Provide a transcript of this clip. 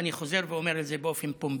ואני חוזר ואומר את זה באופן פומבי.